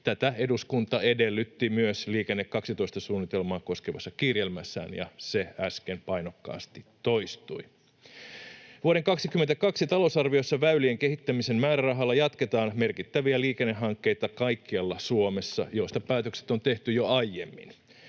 Tätä eduskunta edellytti myös Liikenne 12 ‑suunnitelmaa koskevassa kirjelmässään, ja se äsken painokkaasti toistui. Vuoden 22 talousarviossa väylien kehittämisen määrärahalla jatketaan kaikkialla Suomessa merkittäviä liikennehankkeita, joista päätökset on tehty jo aiemmin.